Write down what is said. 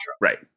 Right